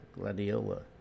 gladiola